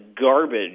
garbage